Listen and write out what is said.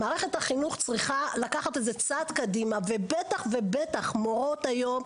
מערכת החינוך צריכה לקחת את זה צעד קדימה ובטח ובטח מורות היום,